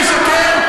אני משקר?